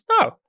No